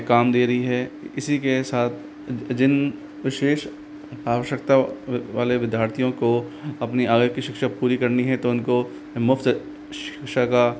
काम दे रही है इसी के साथ जिन विशेष आवश्यकता व वाले विद्यार्थियों को अपनी आगे की शिक्षा पूरी करनी है तो उनको मुफ़्त श शिक्षा का